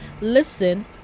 listen